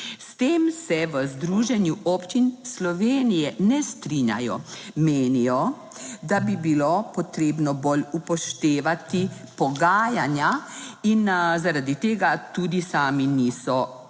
S tem se v Združenju občin Slovenije ne strinjajo. Menijo, da bi bilo potrebno bolj upoštevati pogajanja. In zaradi tega tudi sami niso podpisali